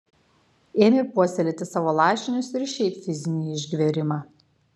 ėmė puoselėti savo lašinius ir šiaip fizinį išgverimą